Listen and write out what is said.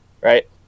right